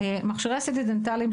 מכשירי CT דנטליים,